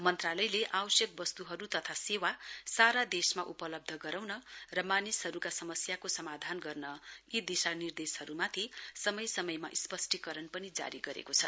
मन्त्रालयले आवश्यक वस्तुहरु तथा सेवा सारा देशमा उपलब्ध गराउन र मानिसहरुका समस्याकोस समाधान गर्न यी दिशानिर्देशहरुमाथि समय समयमा स्पष्टी करण पनि जारी गरेको छ